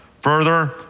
Further